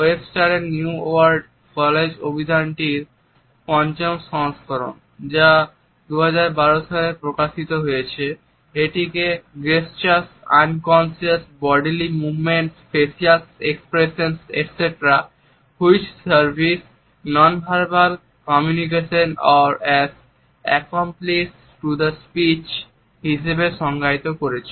ওয়েবসটারের new world college অভিধানটির Webster's New World College Dictionary পঞ্চম সংস্করণ যা 2012 সালে প্রকাশিত হয়েছে এটিকে "gestures unconscious bodily movements facial expressions etcetera which service nonverbal communication or as accompaniments to a speech হিসাবে সংজ্ঞায়িত করেছে